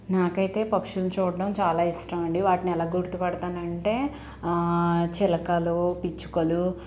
నాకైతే పక్షులు చూడ్డం చాలా ఇష్టమండి వాటినెలా గుర్తుపడతానంటే చిలకలు పిచుకలు